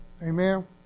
Amen